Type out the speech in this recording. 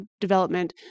development